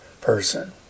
person